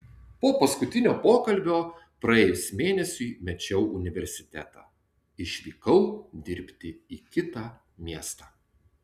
po paskutinio pokalbio praėjus mėnesiui mečiau universitetą išvykau dirbti į kitą miestą